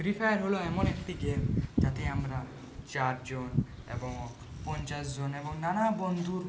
free Fire হল এমন একটি গেম যাতে আমরা চারজন এবং পঞ্চাশজন এবং নানা বন্ধুর